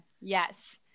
Yes